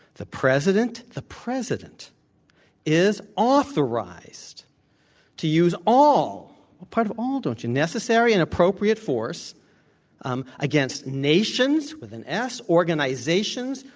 the president the president is authorized to use all what part of all don't you necessary and appropriate force um against nations, with an s, organizat ions,